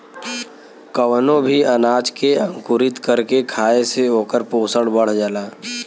कवनो भी अनाज के अंकुरित कर के खाए से ओकर पोषण बढ़ जाला